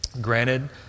Granted